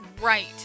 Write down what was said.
right